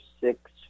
six